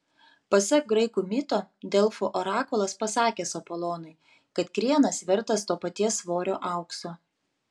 pasak graikų mito delfų orakulas pasakęs apolonui kad krienas vertas to paties svorio aukso